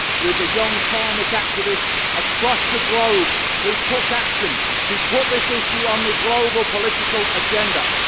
with a young climate activists across the globe who took action to put this issue on the global political agenda.